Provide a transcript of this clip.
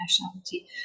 nationality